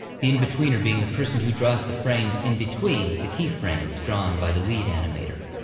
the inbetweener being the person who draws the frames inbetween the key frames drawn by the lead animator.